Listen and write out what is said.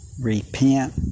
repent